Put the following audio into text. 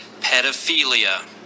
pedophilia